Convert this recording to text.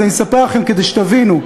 אז אני אספר לכם כדי שתבינו,